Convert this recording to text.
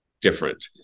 different